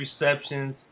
receptions